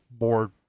more